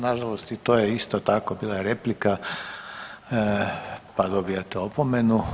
Nažalost to je isto tako bila replika pa dobijate opomenu.